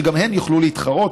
שגם יוכלו להתחרות.